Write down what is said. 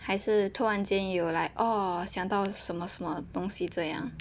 还是突然间有 like oh 想到什么什么东西这样